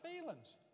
feelings